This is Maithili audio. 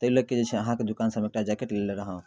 ताहि लऽ कऽ जे छै अहाँके दोकानसँ हम एकटा जैकेट लेने रहौँ